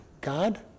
God